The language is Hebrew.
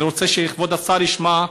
אני רוצה שכבוד השר ישמע,